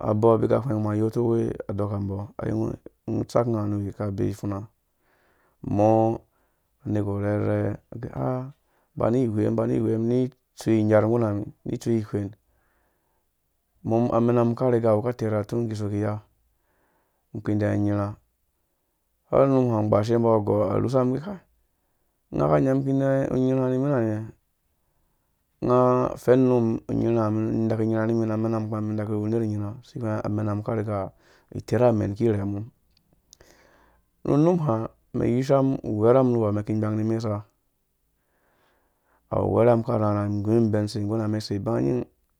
Abɔ abika hweng mum ayotuwe anɔkambɔ agɛ ah bani wem bani wem tsu inyarh nguma mi bani tsu ihwen mum amenan kariga wu ka terha tun mum kiso niya mikpi dɛ unyirha ai num hã ngbashembo gɔrh arhusam gɛ kai nga ka nya mi ki dɛ unyirha nga fɛn num unyirha ha mi daki nyirha ni mi na mɛnam kuma mum daku we unerh unyirha si hwenga amenam ka riga iterha amen ki rɛmum unum ha uwerham nuwo mɛn ki gbang ni mesa awu werham akarharha mi gum ibɛn mɛn sei ngurha nga mɛn sei ba nyi